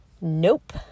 Nope